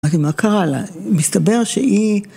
אני, מה קרה לה, מסתבר שהיא...